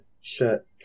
shirt